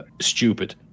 stupid